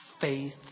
faith